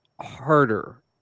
harder